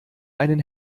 einen